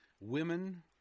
women